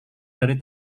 dari